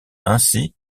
ainsi